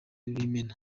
b’imena